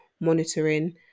monitoring